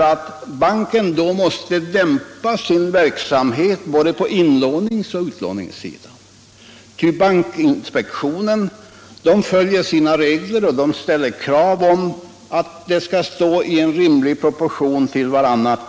Jo, att banken måste dämpa sin verksamhet både på inlåningsoch på utlåningssidan. Ty bankinspektionen följer sina regler och kräver att aktiekapitalet och inoch utlåningsverksamheten skall stå i viss relation till varandra.